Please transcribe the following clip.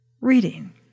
Reading